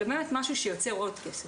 אלא משהו שבאמת יוצר עוד כסף.